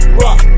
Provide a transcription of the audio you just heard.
rock